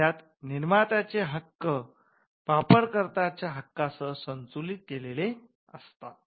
ज्यात निर्मात्यांचे हक्क वापरकर्त्यांच्या हक्कासह संतुलित केलेले असतात